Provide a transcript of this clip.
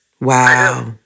Wow